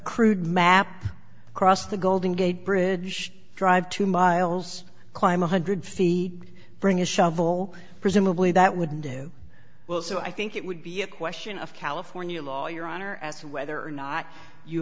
crude map cross the golden gate bridge drive two miles climb one hundred feet bring his shovel presumably that wouldn't do well so i think it would be a question of california law your honor as to whether or not you